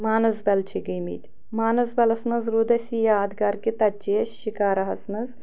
مانَسبَل چھِ گٔمِتۍ مانَسبَلَس منٛز روٗد اَسہِ یہِ یاد گار کہِ تَتہِ چے اَسہِ شِکاراہَس منٛز